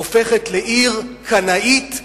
הופכת לעיר קנאית,